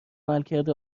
عملکرد